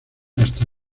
hasta